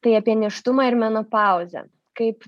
tai apie nėštumą ir menopauzę kaip